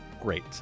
great